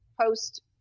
post